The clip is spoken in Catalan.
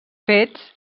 fets